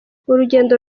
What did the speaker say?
urugendo